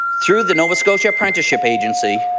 through the nova scotia apprenticeship agency,